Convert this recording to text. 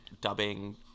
dubbing